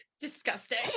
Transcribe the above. disgusting